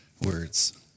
words